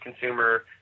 consumer